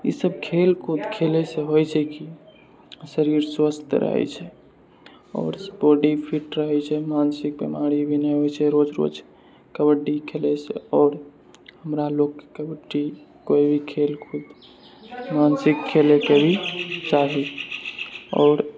इसभ खेलकूद खेलैसँ होइ छै कि शरीर स्वस्थ रहै छै आओर बॉडी फिट रहै छै मानसिक बीमारी भी नहि होइ छै रोज रोज कबड्डी खेलैसँ आओर हमरा लोक कबड्डी कोइ भी खेलकूद मानसिक खेलेके भी शारीरिक आओर